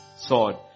sword